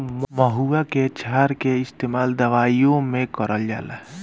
महुवा के क्षार के इस्तेमाल दवाईओ मे करल जाला